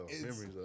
memories